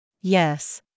Yes